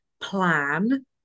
plan